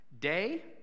Day